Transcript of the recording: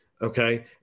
Okay